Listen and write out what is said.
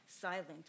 silent